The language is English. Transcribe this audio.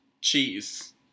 cheese